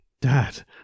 Dad